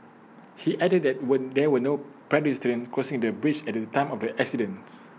he added that were there were no pedestrians crossing the bridge at the time of the accident